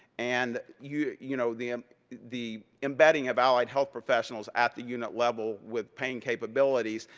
and, you you know, the um the embedding of allied health professionals at the unit level with pain capabilities.